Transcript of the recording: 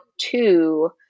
two